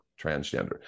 transgender